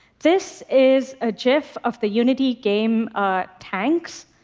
this is a gif of the unity game tanks.